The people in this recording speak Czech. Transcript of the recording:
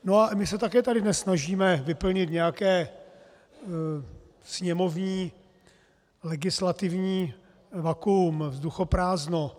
No a my se také tady dnes snažíme vyplnit nějaké sněmovní legislativní vakuum, vzduchoprázdno.